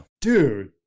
dude